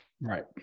right